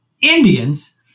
Indians